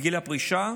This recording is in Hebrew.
בגיל הפרישה.